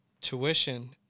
Tuition